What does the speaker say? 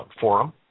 forum